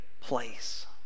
place